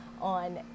on